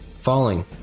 falling